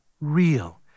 real